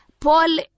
Paul